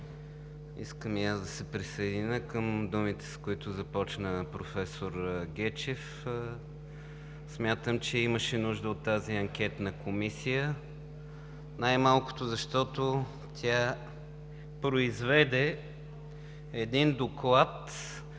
Искам и аз да се присъединя към думите, с които започна професор Гечев. Смятам, че имаше нужда от тази анкетна комисия, най-малкото защото тя произведе един доклад